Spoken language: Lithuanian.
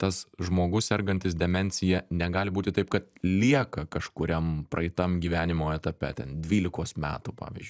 tas žmogus sergantis demencija negali būti taip kad lieka kažkuriam praeitam gyvenimo etape ten dvylikos metų pavyzdžiui